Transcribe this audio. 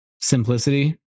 simplicity